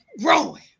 growing